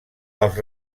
els